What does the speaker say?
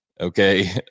okay